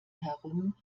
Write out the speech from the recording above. herum